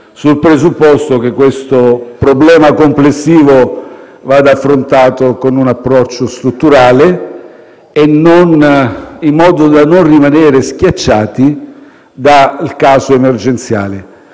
Il presupposto è che questo problema complessivo vada affrontato con un approccio strutturale e in modo da non rimanere schiacciati dal caso emergenziale.